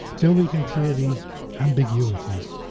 till we can clear these ambiguities,